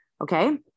okay